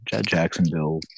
Jacksonville